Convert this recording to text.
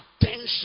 Attention